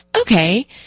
okay